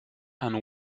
and